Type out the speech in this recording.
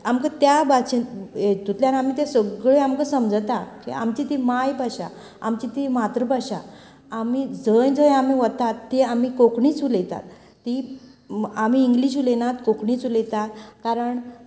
आमकां त्या बाजून हेतूतल्यान आमकां तें समजता आमची ती मांय भाशा आमची ती मातृ भाशा आमी जंय जंय आमी वतात ती आमी कोंकणीच उलयतात ती म्हा आमी इंग्लिश उलयनात कोंकणीच उलयता कारण